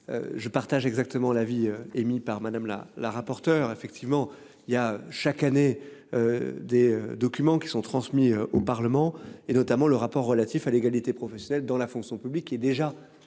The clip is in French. Je partage exactement l'avis émis par madame la la rapporteure, effectivement il y a chaque année. Des documents qui sont transmis au Parlement et notamment le rapport relatif à l'égalité professionnelle dans la fonction publique qui est déjà